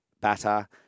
batter